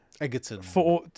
Egerton